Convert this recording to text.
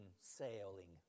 sailing